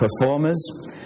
performers